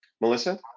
Melissa